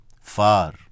far